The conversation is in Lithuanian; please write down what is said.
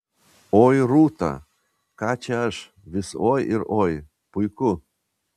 oi rūta ką čia aš vis oi ir oi puiku